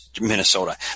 Minnesota